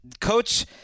Coach